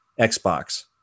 Xbox